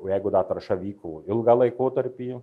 o jeigu da tarša vyko ilgą laikotarpį